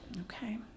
Okay